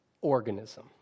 organism